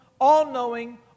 all-knowing